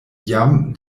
jam